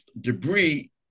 debris